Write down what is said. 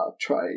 try